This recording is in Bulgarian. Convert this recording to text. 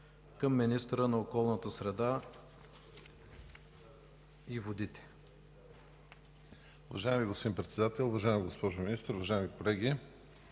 към министъра на околната среда и водите.